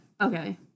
Okay